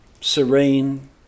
serene